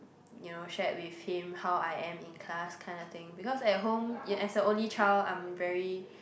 you know shared with him how I am in class kind of thing because at home you as an only child I'm very